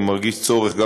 אני מרגיש צורך,